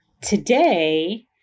today